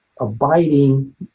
Abiding